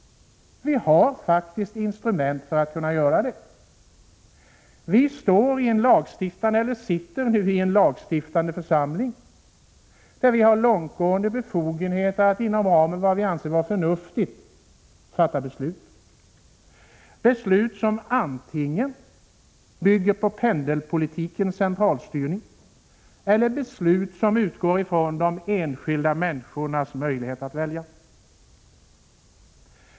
Vi har faktiskt instrument för att göra det. Vi sitter i en lagstiftande församling, där vi har långtgående befogenheter att inom ramen för vad vi anser vara förnuftigt fatta beslut. Vi kan fatta beslut som antingen bygger på pendelpoli tikens centralstyrning eller utgår från de enskilda människornas möjlighet att välja.